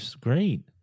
great